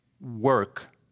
work